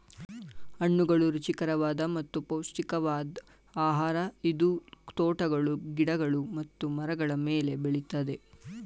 ಹಣ್ಣುಗಳು ರುಚಿಕರವಾದ ಮತ್ತು ಪೌಷ್ಟಿಕವಾದ್ ಆಹಾರ ಇದು ತೋಟಗಳು ಗಿಡಗಳು ಹಾಗೂ ಮರಗಳ ಮೇಲೆ ಬೆಳಿತದೆ